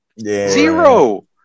Zero